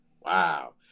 Wow